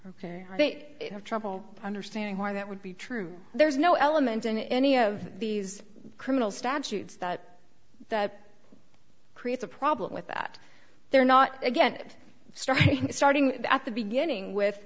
ok they have trouble understanding why that would be true there's no element in any of these criminal statutes that creates a problem with that they're not again striking starting at the beginning with